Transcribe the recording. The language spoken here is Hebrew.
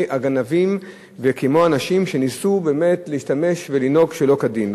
הגנבים וכמו לאנשים שניסו באמת להשתמש ולנהוג שלא כדין,